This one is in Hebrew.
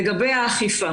לגבי האכיפה